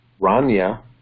Rania